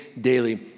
daily